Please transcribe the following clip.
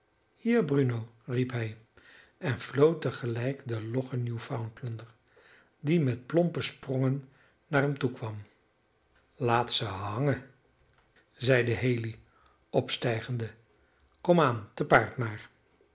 hier bruno riep hij en floot te gelijk den loggen newfoundlander die met plompe sprongen naar hem toekwam laat ze hangen zeide haley opstijgende kom aan te paard maar